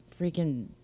freaking